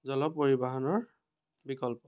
জল পৰিবহণৰ বিকল্প